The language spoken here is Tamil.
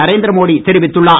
நரேந்திர மோடி தெரிவித்துள்ளார்